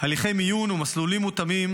הליכי מיון ומסלולים מותאמים,